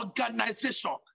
organization